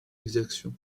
exactions